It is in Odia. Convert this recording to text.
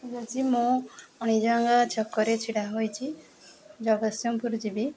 ଠିକ୍ ଅଛି ମୁଁ ମଣିଜଙ୍ଗା ଛକରେ ଛିଡ଼ା ହୋଇଛି ଜଗତସିଂହପୁର ଯିବି